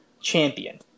champion